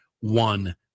one